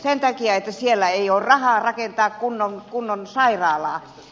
sen takia että siellä ei ole rahaa rakentaa kunnon sairaalaa